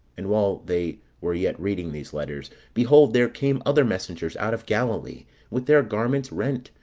and while they were yet reading these letters, behold there came other messengers out of galilee with their garments rent,